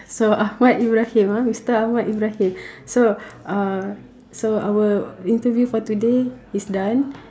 so ahmad-ibrahim ah mister ahmad-ibrahim so our interview for today is done